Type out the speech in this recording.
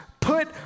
put